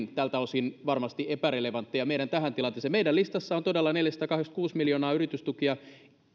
tältä osin varmasti epärelevantteja tähän meidän tilanteeseemme meidän listassamme on todella neljäsataakahdeksankymmentäkuusi miljoonaa yritystukia